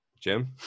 Jim